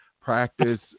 practice